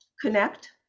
connect